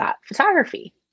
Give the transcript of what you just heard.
photography